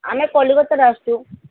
ଆମେ କଲିକତାରୁ ଆସିଛୁ